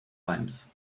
limes